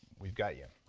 we've got you.